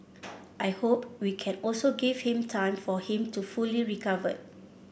I hope we can also give him time for him to fully recover